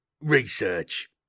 research